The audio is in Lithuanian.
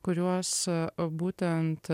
kuriuos būtent